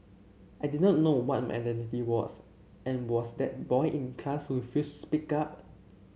I did not know what my identity was and was that boy in class who refused to speak up